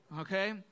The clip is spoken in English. okay